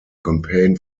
campaign